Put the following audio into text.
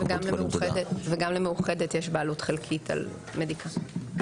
גם למאוחדת יש בעלות חלקית על מדיקה.